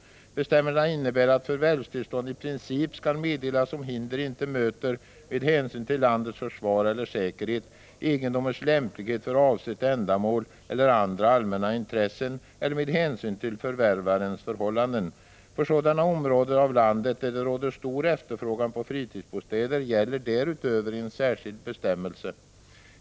Bestämmelserna innebär att förvärvstillstånd i princip skall meddelas om hinder inte möter med hänsyn till landets försvar eller säkerhet, egendomens lämplighet för avsett ändamål eller andra allmänna intressen eller med hänsyn till förvärvarens förhållanden. För sådana områden av landet där det råder stor efterfrågan på fritidsbostäder gäller därutöver en särskild bestämmelse.